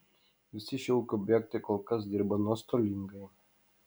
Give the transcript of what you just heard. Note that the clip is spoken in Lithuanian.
visi šie ūkio objektai kol kas dirba nuostolingai